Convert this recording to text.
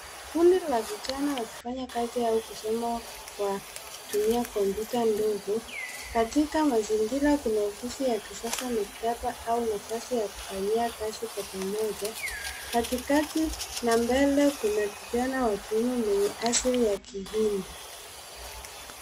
Kundi la vijana wakifanya kazi au kusoma kwa kutumia kompyuta ndogo .Katika mazingira kuna ofisi ya kisasa ,maktaba au nafasi ya kufanyia kazi kwa pamoja. Katikati na mbele kuna kijana wa kiume mwenye asili ya kihindi.